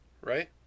right